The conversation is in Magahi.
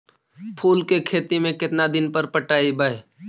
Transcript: फूल के खेती में केतना दिन पर पटइबै?